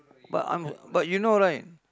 but I'm but you know right